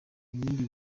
ibindi